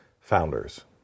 founders